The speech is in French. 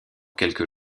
quelques